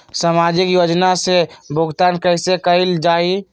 सामाजिक योजना से भुगतान कैसे कयल जाई?